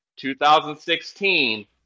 2016